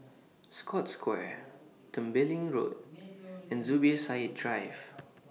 Scotts Square Tembeling Road and Zubir Said Drive